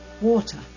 water